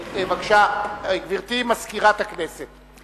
בבקשה, גברתי מזכירת הכנסת.